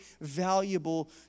valuable